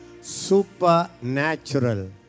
Supernatural